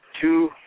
two